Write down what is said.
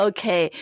Okay